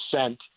sent